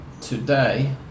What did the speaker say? today